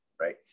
Right